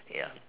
ya